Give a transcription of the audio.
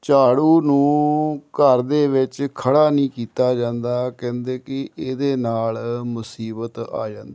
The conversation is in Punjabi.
ਝਾੜੂ ਨੂੰ ਘਰ ਦੇ ਵਿੱਚ ਖੜਾ ਨਹੀਂ ਕੀਤਾ ਜਾਂਦਾ ਕਹਿੰਦੇ ਕਿ ਇਹਦੇ ਨਾਲ ਮੁਸੀਬਤ ਆ ਜਾਂਦੀ ਹੈ